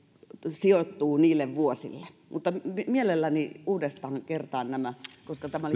sijoittuu niille vuosille mielelläni uudestaan kertaan nämä koska tämä